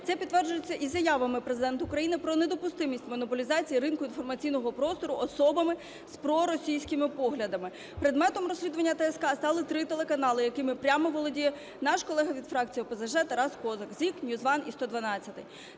Це підтверджується і заявами Президента України про недопустимість монополізації ринку інформаційного простору особами з проросійськими поглядами. Предметом розслідування ТСК стали три телеканали, якими прямо володіє наш колега від фракції ОПЗЖ Тарас Козак: ZIK, NewsOne, "112".